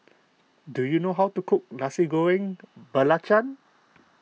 do you know how to cook Nasi Goreng Belacan